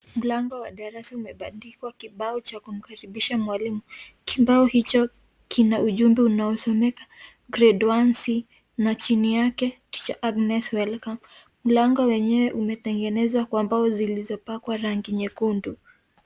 Mlango wa darasa umebandikwa kibao cha kukaribisha mwalimu, kibao hicho kina ujumbe unaosomeka grade 1C na chini yake teacher Agnes welcome mlango wenyewe umetengenezwa kwa mbao zilizopakwa rangi nyekundu.